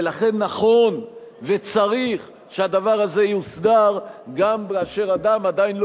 ולכן נכון וצריך שהדבר הזה יוסדר גם כאשר אדם עדיין לא